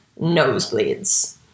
nosebleeds